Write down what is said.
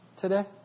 today